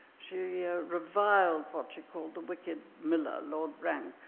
she ah reviled what she called the wicked miller lord rank,